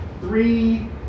three